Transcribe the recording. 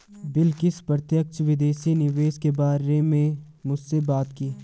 बिलकिश प्रत्यक्ष विदेशी निवेश के बारे में मुझसे बात की